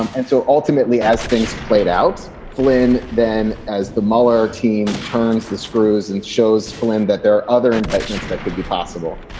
um and so ultimately, as things played out, flynn then as the mueller team turns the screws and shows flynn that there are other indictments that could be possible.